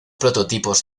prototipos